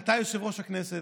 אתה יושב-ראש הכנסת,